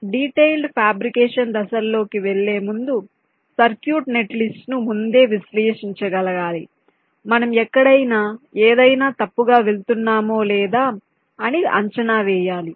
కాబట్టి detailed fabrication దశల్లోకి వెళ్లేముందు సర్క్యూట్ నెట్లిస్ట్ను ముందే విశ్లేషించగలగాలి మనం ఎక్కడైనా ఏదైనా తప్పుగా వెళ్తున్నామో లేదా అని అంచనా వేయాలి